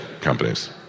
companies